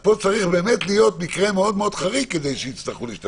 פה צריך באמת להיות מקרה מאוד מאוד חריג כדי שיצטרכו להשתמש בזה.